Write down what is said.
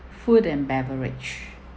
food and beverage